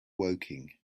woking